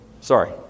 Sorry